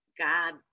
God